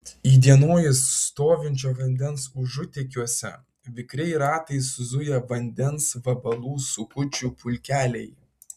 įdienojus stovinčio vandens užutėkiuose vikriai ratais zuja vandens vabalų sukučių pulkeliai